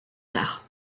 tard